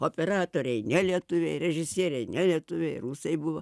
operatoriai ne lietuviai režisieriai ne lietuviai rusai buvo